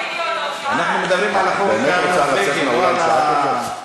את באמת רוצה לצאת מהאולם בשעה כזאת,